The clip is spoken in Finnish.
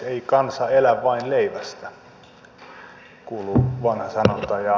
ei kansa elä vain leivästä kuuluu vanha sanonta